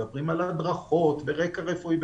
מדברים על הדרכות ורקע רפואי.